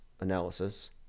analysis